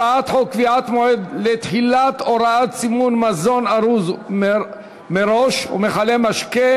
הצעת חוק קביעת מועד לתחילת הוראת סימון מזון ארוז מראש ומכלי משקה,